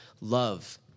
love